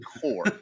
core